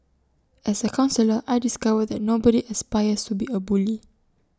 as A counsellor I discovered that nobody aspires to be A bully